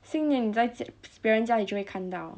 新年你在别人家里你就会看到